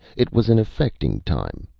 it was an affecting time.